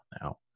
now